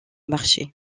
marché